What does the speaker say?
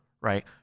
right